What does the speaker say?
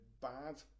bad